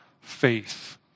faith